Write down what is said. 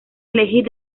elegir